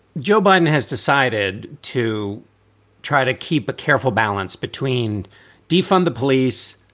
joe biden has decided to try to keep a careful balance between defund the police,